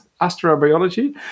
astrobiology